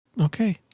okay